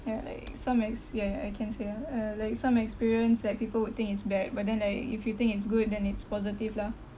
ya like some ex~ ya ya I can say lah uh like some experience that people would think it's bad but then like if you think it's good then it's positive lah